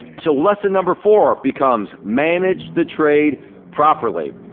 so lesson number four becomes manage the trade properly.